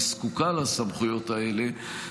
והיא זקוקה לסמכויות האלה,